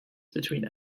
between